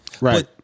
Right